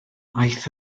aeth